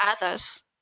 others